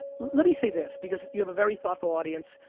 let me say this, because you have a very thoughtful audience.